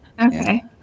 Okay